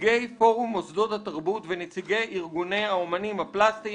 "נציגי פורום מוסדות התרבות ונציגי ארגוני האמנים הפלסטיים,